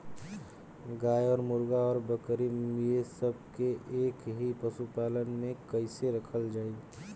गाय और मुर्गी और बकरी ये सब के एक ही पशुपालन में कइसे रखल जाई?